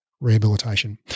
Rehabilitation